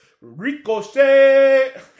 Ricochet